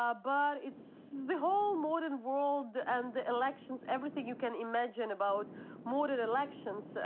ah but it's the whole modern world, and the elections, everything you can imagine about modern elections, so